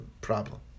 problem